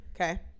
Okay